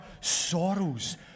sorrows